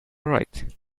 right